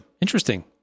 interesting